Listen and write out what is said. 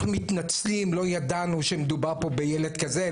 אנחנו מתנצלים, לא ידענו שמדובר פה בילד כזה.